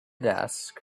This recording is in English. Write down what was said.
desk